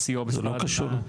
זה לא קשור.